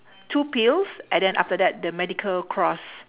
two pills and then after that the medical cross